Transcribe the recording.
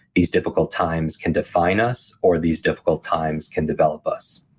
these difficult times can define us, or these difficult times can develop us.